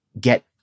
get